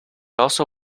also